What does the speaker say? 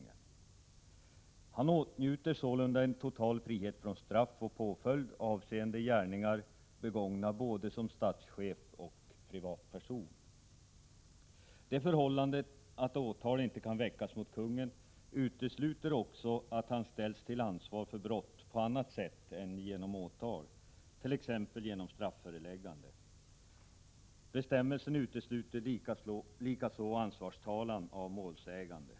Han åtnjuter sålunda en total frihet från straff och påföljd avseende gärningar begångna både som statschef och som privat person. Det förhållandet att åtal inte kan väckas mot konungen utesluter också att han ställs till ansvar för brott på annat sätt än genom åtal, t.ex. genom strafföreläggande. Bestämmelsen utesluter likaså ansvarstalan av målsägande.